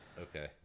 Okay